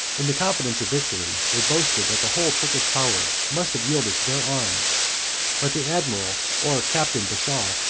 in the confidence of victory, they boasted that the whole turkish power must have yielded to their arms but the admiral, or captain bashaw,